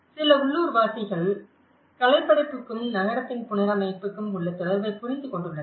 சில உள்ளூர்வாசிகள் கலைப்படைப்புக்கும் நகரத்தின் புனரமைப்புக்கும் உள்ள தொடர்பை புரிந்து கொண்டுள்ளனர்